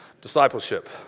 Discipleship